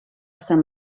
sant